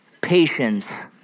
patience